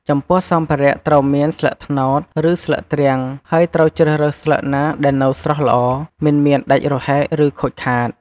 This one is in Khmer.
ចំពោះសម្ភារៈត្រូវមាន ស្លឹកត្នោត ឬស្លឹកទ្រាំងហើយត្រូវជ្រើសរើសស្លឹកណាដែលនៅស្រស់ល្អ មិនមានដាច់រហែក ឬខូចខាត។